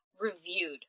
reviewed